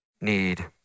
need